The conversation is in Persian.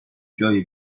جایی